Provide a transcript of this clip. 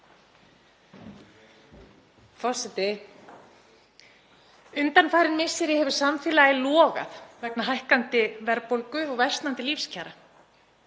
Forseti. Undanfarin misseri hefur samfélagið logað vegna hækkandi verðbólgu og versnandi lífskjara.